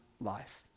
life